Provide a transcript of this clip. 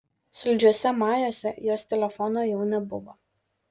saldžiuose majuose jos telefono jau nebuvo